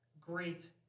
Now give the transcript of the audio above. Great